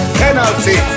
penalty